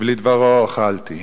ולדברו הוחלתי,